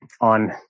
on